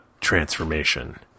transformation